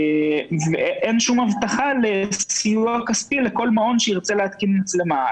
ואין שום הבטחה לסיוע כספי לכל מעון שירצה להתקין מצלמה.